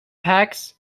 packs